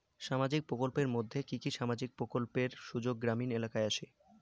সামাজিক প্রকল্পের মধ্যে কি কি সামাজিক প্রকল্পের সুযোগ গ্রামীণ এলাকায় আসে?